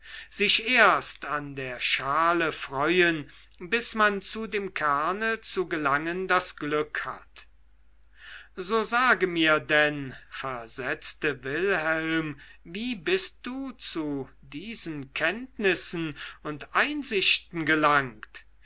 sich erst an der schale freuen bis man zu dem kerne zu gelangen das glück hat so sage mir denn versetzte wilhelm wie bist du zu diesen kenntnissen und einsichten gelangt